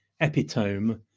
epitome